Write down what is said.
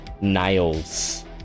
nails